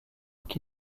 qui